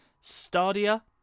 Stadia